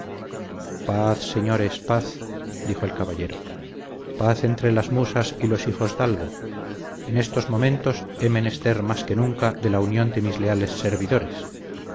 paz señores paz dijo el caballero paz entre las musas y los hijosdalgo en estos momentos he menester más que nunca de la unión de mis leales servidores